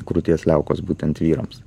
krūties liaukos būtent vyrams